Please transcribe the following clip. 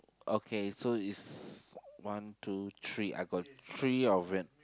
okay so it's one two three I got three of it